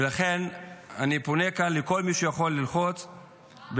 ולכן אני פונה כאן לכל מי שיכול ללחוץ ולעזור.